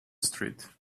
street